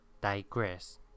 digress